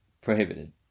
prohibited